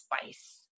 spice